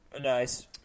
Nice